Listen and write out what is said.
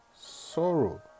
sorrow